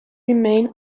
remain